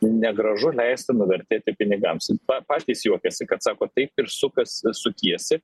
negražu leisti nuvertėti pinigams pa patys juokiasi kad sako taip ir sukas sukiesi